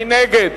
מי נגד?